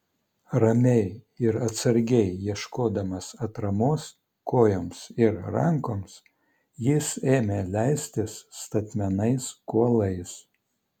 ramiai ir atsargiai ieškodamas atramos kojoms ir rankoms jis ėmė leistis statmenais kuolais